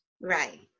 right